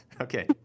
Okay